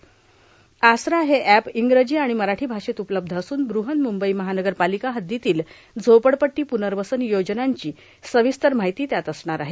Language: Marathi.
आसरा हे अॅप इंग्रजी व मराठां भाषेत उपलब्ध असून बृहन्मुंबई महानगरपाालका हद्दीतील झोपडपट्टी पुनवसन योजनांची र्सावस्तर मार्ाहती त्यात असणार आहे